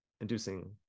inducing